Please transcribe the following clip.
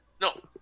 No